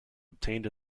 obtained